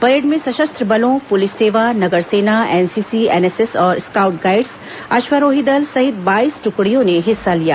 parade में सशस्त्र बलों पुलिस सेवा नगर सेना एनसीसी एनएसएस और स्काउड गाईड़स अश्वरोही दल सहित बाईस ट्कड़ियों ने हिस्सा लिया